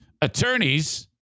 Attorneys